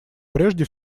прежде